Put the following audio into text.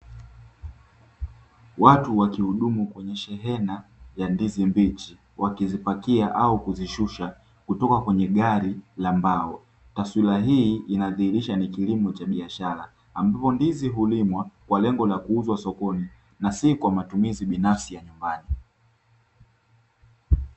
Watu wakihudumu kwenye shehena ya ndizi mbichi, wakizipakia au kuzishusha kutoka kwenye gari la mbao. Taswira hii inadhihirisha ni kilimo cha biashara, ambapo ndizi hulimwa walengwa na kuuzwa sokoni, na si kwa matumizi binafsi ya nyumbani.